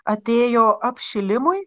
atėjo apšilimui